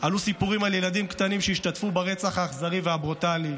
עלו סיפורים על ילדים קטנים שהשתתפו ברצח האכזרי והברוטלי,